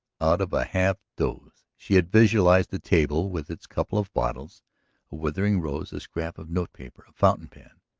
out of a half doze she had visualized the table with its couple of bottles, a withering rose, a scrap of note-paper, a fountain pen.